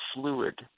fluid